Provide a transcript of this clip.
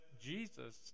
Jesus